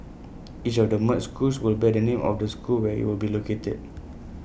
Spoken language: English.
each of the merged schools will bear the name of the school where IT will be located